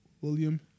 William